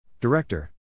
Director